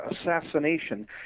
assassination